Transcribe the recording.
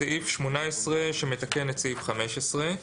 סעיף 18 שמתקן את סעיף 15,